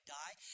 die